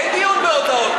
אין דיון בהודעות.